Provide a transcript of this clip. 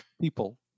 People